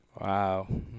Wow